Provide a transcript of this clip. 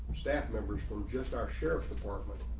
staff members for just our sheriff department